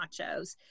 nachos